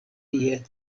tie